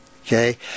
Okay